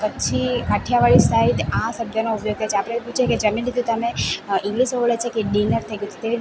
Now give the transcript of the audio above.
Kutchi Kathiawadi side આ શબ્દનો ઉપયોગ થાય છે આપણે પૂછે કે જમી લીધું તમે ઈંગ્લીશમાં બોલે છે કે ડિનર થઈ ગયું તો તે